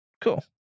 cool